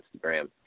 Instagram